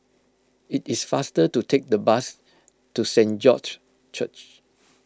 it is faster to take the bus to Saint George Church